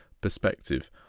perspective